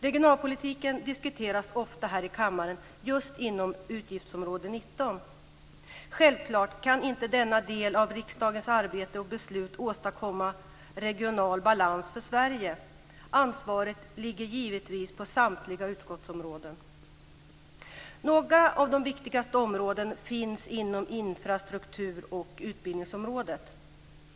Regionalpolitiken diskuteras ofta här i kammaren just inom Utgiftsområde 19. Självklart kan inte denna del av riksdagens arbete och beslut åstadkomma regional balans i Sverige. Ansvaret ligger givetvis på samtliga utskottsområden. Några av de viktigaste frågorna finns inom infrastruktur och utbildningsområdena.